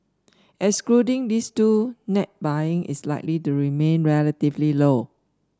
excluding these two net buying is likely to remain relatively low